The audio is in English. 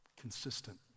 Consistent